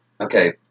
okay